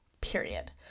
period